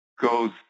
goes